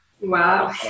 Wow